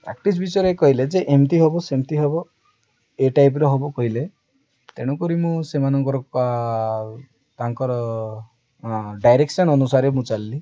practice ବିଷୟରେ କହିଲେ ଯେ ଏମିତି ହବ ସେମିତି ହବ ଏ ଟାଇପ୍ର ହବ କହିଲେ ତେଣୁକରି ମୁଁ ସେମାନଙ୍କର ତାଙ୍କର ଡାଇରେକ୍ସନ୍ ଅନୁସାରେ ମୁଁ ଚାଲିଲି